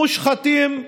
מושחתים,